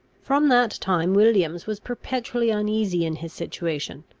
from that time williams was perpetually uneasy in his situation,